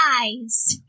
eyes